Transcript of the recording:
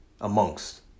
amongst